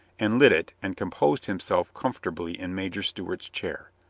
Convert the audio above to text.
and lit it and composed himself comfortably in major stewart's chair.